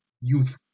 youth